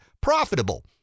profitable